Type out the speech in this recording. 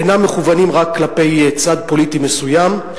הדברים האלה אינם מכוונים רק כלפי צד פוליטי מסוים.